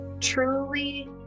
Truly